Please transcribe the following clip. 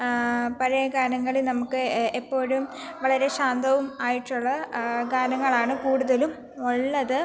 പഴയ ഗാനങ്ങളിൽ നമുക്ക് എപ്പോഴും വളരെ ശാന്തവും ആയിട്ടുള്ള ഗാനങ്ങളാണ് കൂടുതലും ഉള്ളത്